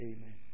Amen